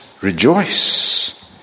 rejoice